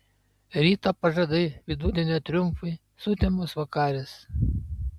ryto pažadai vidudienio triumfai sutemos vakarės